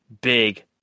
big